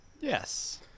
Yes